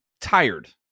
tired